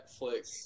Netflix